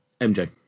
MJ